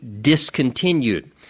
discontinued